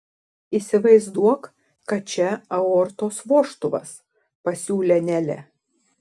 įsivaizduok kad čia aortos vožtuvas pasiūlė nelė